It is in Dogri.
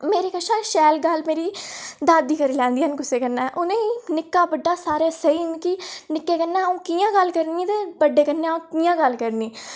मेरे शा शैल गल्ल मेरी दादी करी लैंदियां न कुसै कन्नै उ'नें ई निक्का बड्डा सारे सेही न निक्के कन्नै अ'ऊं कि'यां गल्ल करनी ते बड्डे कन्नै अ'ऊं कि'यां गल्ल करनी